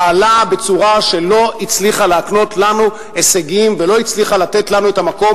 פעלה בצורה שלא הצליחה להקנות לנו הישגים ולא הצליחה לתת לנו את המקום